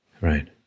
Right